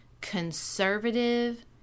conservative